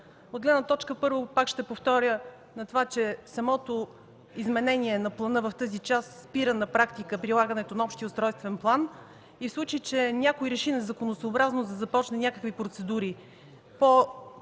от гледна точка на това, че самото изменение на плана в тази част спира на практика прилагането на общия устройствен план и в случай, че някой реши незаконосъобразно да започне някакви процедури по строителство,